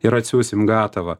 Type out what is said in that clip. ir atsiųsim gatavą